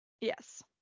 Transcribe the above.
Yes